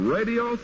Radio